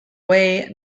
waugh